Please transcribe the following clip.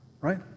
right